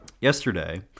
Yesterday